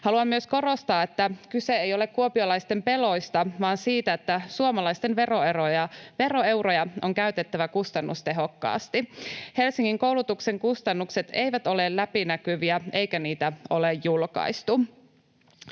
Haluan myös korostaa, että kyse ei ole kuopiolaisten peloista vaan siitä, että suomalaisten veroeuroja on käytettävä kustannustehokkaasti. Helsingin koulutuksen kustannukset eivät ole läpinäkyviä, eikä niitä ole julkaistu.